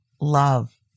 love